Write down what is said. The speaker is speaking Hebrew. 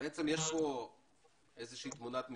פה תמונת מציאות,